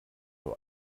nur